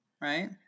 Right